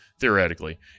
theoretically